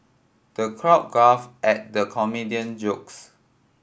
the crowd guffawed at the comedian jokes